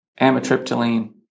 amitriptyline